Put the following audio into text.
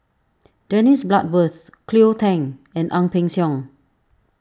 Dennis Bloodworth Cleo Thang and Ang Peng Siong